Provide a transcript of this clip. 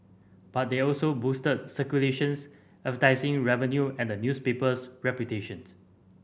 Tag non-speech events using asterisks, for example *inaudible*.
but they also boosted circulations advertising revenue and the newspaper's reputation *unintelligible*